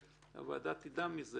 שהוועדה תדע על זה,